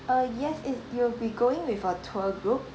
uh yes if you'll be going with a tour group